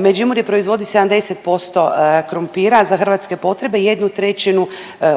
Međimurje proizvodi 70% krumpira za hrvatske potrebe, 1/3